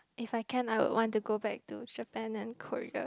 if I can I would want to go back to Japan and Korea